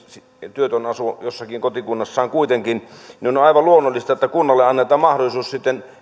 työtön asuu jossakin kotikunnassa kuitenkin on aivan luonnollista että kunnalle annetaan mahdollisuus sitten